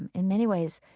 and in many ways,